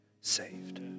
saved